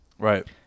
Right